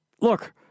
look